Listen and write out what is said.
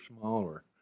smaller